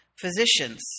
physicians